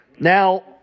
Now